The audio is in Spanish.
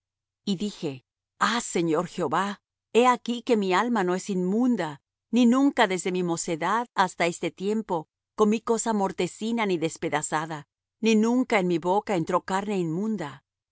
y dije ah señor jehová he aquí que mi alma no es inmunda ni nunca desde mi mocedad hasta este tiempo comí cosa mortecina ni despedazada ni nunca en mi boca entró carne inmunda